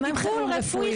גם הם חירום רפואי.